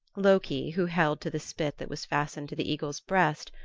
loki, who held to the spit that was fastened to the eagle's breast,